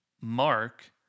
Mark